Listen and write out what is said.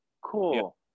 cool